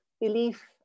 belief